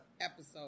episode